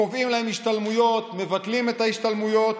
קובעים להם השתלמויות, מבטלים את ההשתלמויות.